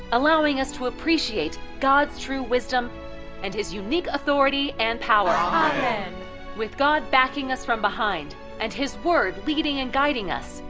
allowing us to appreciate god's true wisdom and his unique authority and power. amen! with god backing us from behind and his word leading and guiding us,